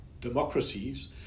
democracies